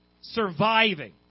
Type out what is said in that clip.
surviving